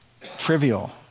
Trivial